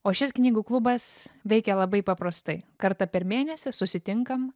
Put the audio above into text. o šis knygų klubas veikia labai paprastai kartą per mėnesį susitinkam